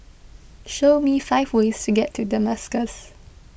show me five ways to get to Damascus